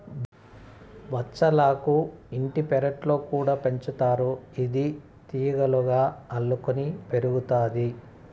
బచ్చలాకు ఇంటి పెరట్లో కూడా పెంచుతారు, ఇది తీగలుగా అల్లుకొని పెరుగుతాది